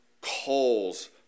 calls